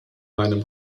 meinem